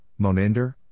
Moninder